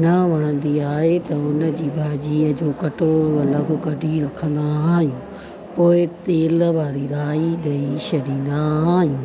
न वणंदी आहे त उन जी भाॼीअ जो कटोरो अलॻि कढी रखंदा आहियूं पोइ तेलु वारी राई ॾेई छॾींदा आहियूं